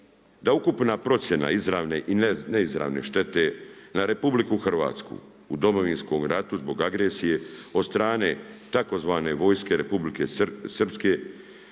da ukupna procjena izravne i neizravne štete na RH u Domovinskom ratu zbog agresije tzv. vojske Republike Srpske